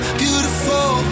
beautiful